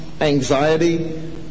anxiety